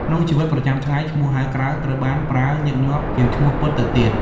ក្នុងជីវិតប្រចាំថ្ងៃ ឈ្មោះហៅក្រៅត្រូវបានប្រើញឹកញាប់ជាងឈ្មោះពិតទៅទៀត។